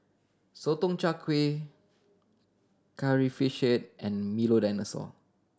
Sotong Char Kway Curry Fish Head and Milo Dinosaur